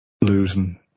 losing